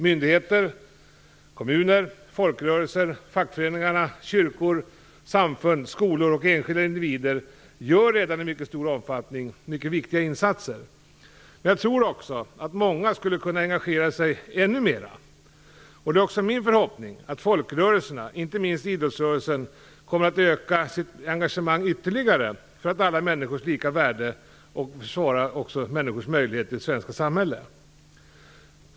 Myndigheter, kommuner, folkrörelser, fackföreningar, kyrkor och samfund, skolor och enskilda individer gör redan i mycket stor omfattning viktiga insatser. Men jag tror också att många skulle kunna engagera sig än mera. Det är också min förhoppning att folkrörelserna, inte minst idrottsrörelsen, kommer att öka sitt engagemang för alla människors lika värde och möjligheter.